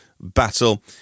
battle